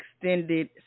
extended